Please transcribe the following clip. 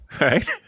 right